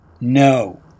no